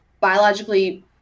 biologically